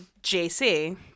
jc